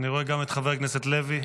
בעד אני רואה גם את חבר הכנסת לוי.